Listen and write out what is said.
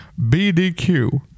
BDQ